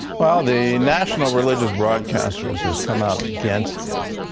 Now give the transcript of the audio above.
ah the national religious broadcasters has come out against it.